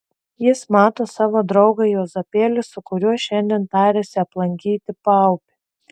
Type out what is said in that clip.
jis mato savo draugą juozapėlį su kuriuo šiandien tarėsi aplankyti paupį